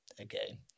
okay